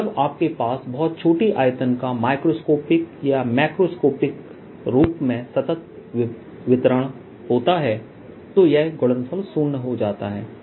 तो जब आपके पास बहुत छोटी आयतन का माइक्रोस्कोपिक या मैक्रोस्कोपिक रूप में सतत वितरण होता है तो यह गुणनफल शून्य हो जाता है